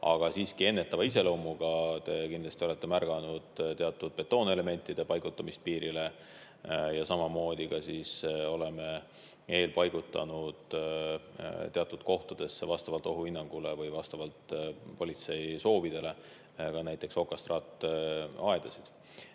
on siiski ennetava iseloomuga. Te olete kindlasti märganud teatud betoonelementide paigutamist piirile. Samamoodi oleme eelpaigutanud teatud kohtadesse vastavalt ohuhinnangule või vastavalt politsei soovidele ka okastraataedasid.